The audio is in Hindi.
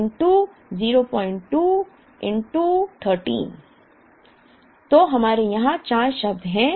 तो हमारे यहां 4 शब्द हैं